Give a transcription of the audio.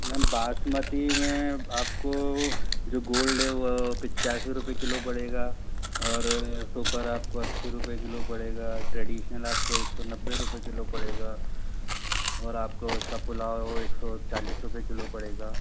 ma'am basmati में आपको जो गोल्ड है वो पचासी रुपये किलो पड़ेगा और सुपर आपको अस्सी रुपये किलो पड़ेगा ट्रेडिशनल आपको एक सौ नब्बे रुपये किलो पड़ेगा और आपको उसका पुलाव एक सौ चालीस रुपये किलो पड़ेगा